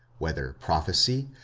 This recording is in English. whether prophecy,